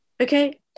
Okay